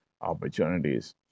opportunities